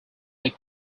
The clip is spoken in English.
lake